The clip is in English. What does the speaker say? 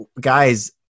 guys